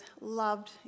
loved